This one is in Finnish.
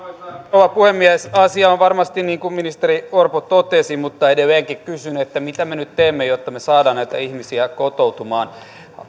rouva puhemies asia on varmasti niin kuin ministeri orpo totesi mutta edelleenkin kysyn mitä me nyt teemme jotta me saamme näitä ihmisiä kotoutumaan